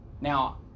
now